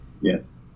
Yes